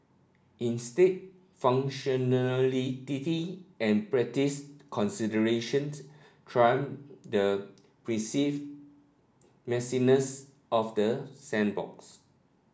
instead and practice considerations trump the perceived messiness of the sandboxes